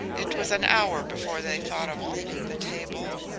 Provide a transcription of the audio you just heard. it was an hour before they thought of leaving the table.